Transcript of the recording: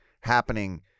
happening